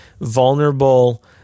vulnerable